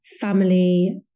family